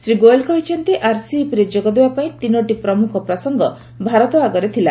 ଶ୍ରୀ ଗୋୟଲ୍ କହିଛନ୍ତି ଆର୍ସିଇପିରେ ଯୋଗ ଦେବାପାଇଁ ତିନୋଟି ପ୍ରମୁଖ ପ୍ରସଙ୍ଗ ଭାରତ ଆଗରେ ଥିଲା